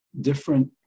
different